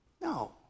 No